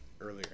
earlier